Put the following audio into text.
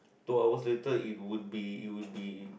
two hours later it would be it would be